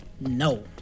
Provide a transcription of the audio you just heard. No